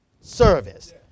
service